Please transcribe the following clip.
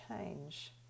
change